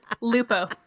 Lupo